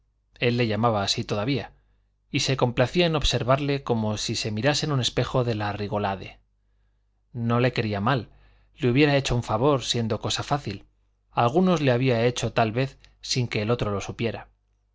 estudiante él le llamaba así todavía y se complacía en observarle como si se mirase en un espejo de la rigolade no le quería mal le hubiera hecho un favor siendo cosa fácil algunos le había hecho tal vez sin que el otro lo supiera